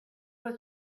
was